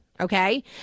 Okay